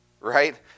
right